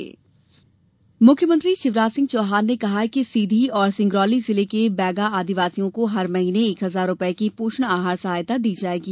मुख्यमंत्री मुख्यमंत्री शिवराज सिंह चौहान ने कहा है कि सीधी और सिंगरौली जिले के बैगा आदिवासियों को हर महीने एक हजार रूपये की पोषण आहार सहायता दी जायेगी